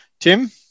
Tim